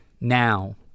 now